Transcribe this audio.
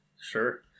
sure